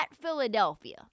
Philadelphia